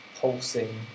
pulsing